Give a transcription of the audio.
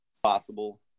possible